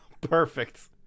Perfect